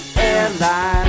airline